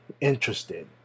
interested